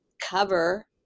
cover